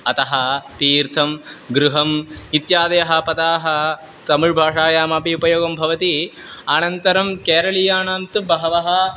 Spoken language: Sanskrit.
अतः तीर्थं गृहम् इत्यादयः पदानि तमिळ् भाषायामपि उपयोगं भवति अनन्तरं केरलीयाणां तु बहवः